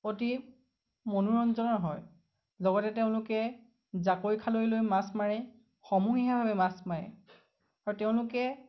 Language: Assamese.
অতি মনোৰঞ্জনৰ হয় লগতে তেওঁলোকে জাকৈ খালৈ লৈ মাছ মাৰে সমূহীয়াভাৱে মাছ মাৰে আৰু তেওঁলোকে